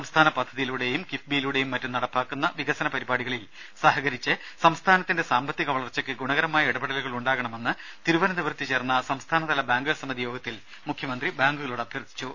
സംസ്ഥാന പദ്ധതിയിലൂടെയും കിഫ്ബിയിലൂടെയും മറ്റും നടപ്പാക്കുന്ന വികസന പരിപാടികളിൽ സഹകരിച്ച് സംസ്ഥാനത്തിന്റെ സാമ്പത്തിക വളർച്ചയ്ക്ക് ഗുണകരമായ ഇടപെടലുകൾ ഉണ്ടാകണമെന്ന് തിരുവനന്തപുരത്ത് ചേർന്ന സംസ്ഥാനതല ബാങ്കേഴ്സ് സമിതി യോഗത്തിൽ മുഖ്യമന്ത്രി ബാങ്കുകളോട് അഭ്യർത്ഥിച്ചു